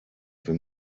wir